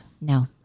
No